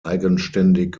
eigenständig